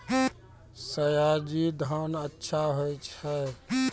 सयाजी धान अच्छा होय छै?